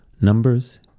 Numbers